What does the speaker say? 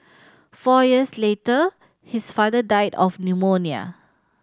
four years later his father died of pneumonia